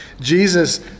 Jesus